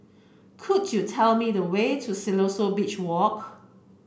could you tell me the way to Siloso Beach Walk